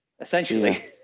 essentially